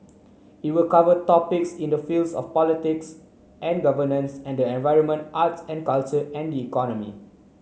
it will cover topics in the fields of politics and governance and the environment arts and culture and the economy